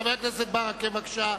חבר הכנסת ברכה, בבקשה.